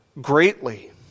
greatly